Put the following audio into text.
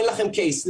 אין לכם case,